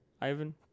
Ivan